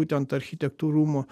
būtent architektų rūmų